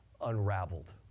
unraveled